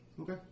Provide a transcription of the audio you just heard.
Okay